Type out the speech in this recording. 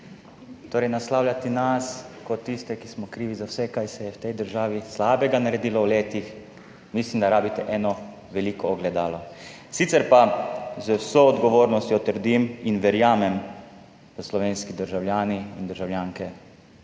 Torej, naslavljati nas kot tiste, ki smo krivi za vse, kar se je v tej državi slabega naredilo v letih, mislim, da rabite eno veliko ogledalo. Sicer pa z vso odgovornostjo trdim in verjamem, da slovenski državljani in državljanke